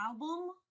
album